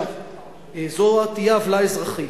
זו תהיה עוולה אזרחית.